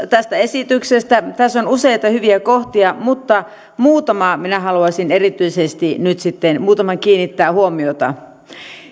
tästä esityksestä tässä on useita hyviä kohtia mutta muutamaan minä haluaisin erityisesti nyt sitten kiinnittää huomiota